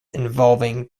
involving